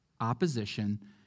opposition